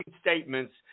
statements